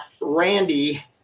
Randy